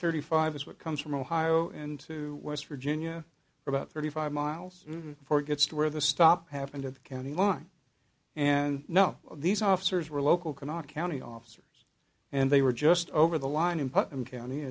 thirty five is what comes from ohio and to west virginia about thirty five miles before it gets to where the stop happened to the county line and know these officers were local cannot county officers and they were just over the line in